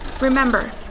Remember